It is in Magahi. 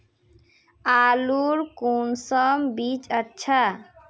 आलूर कुंसम बीज अच्छा?